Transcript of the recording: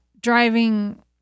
driving